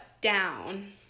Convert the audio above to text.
down